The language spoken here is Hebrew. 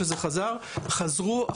שזה חזר,